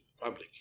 public